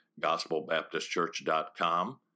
gospelbaptistchurch.com